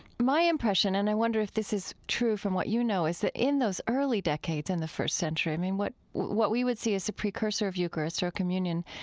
my impression and i wonder if this is true from what you know is that in those early decades in the first century, i mean, what what we would see as a precursor of eucharist, or a communion,